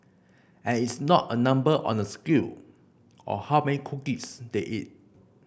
and it's not a number on a scale or how many cookies they eat